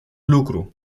lucru